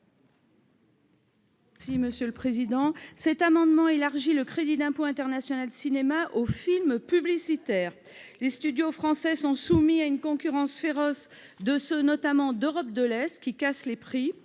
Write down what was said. Mme Catherine Dumas. Cet amendement vise à élargir le crédit d'impôt international cinéma aux films publicitaires. Les studios français sont soumis à une concurrence féroce de ceux, notamment, d'Europe de l'Est, qui cassent les prix.